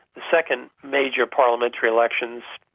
the second major parliamentary elections,